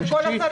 של כל השרים?